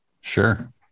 Sure